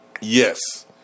yes